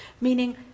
meaning